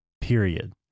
period